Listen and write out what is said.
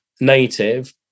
native